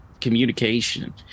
communication